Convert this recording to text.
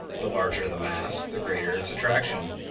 the larger the mass the greater its attraction,